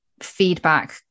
feedback